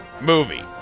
movie